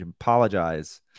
Apologize